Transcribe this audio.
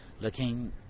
looking